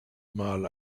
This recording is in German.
mal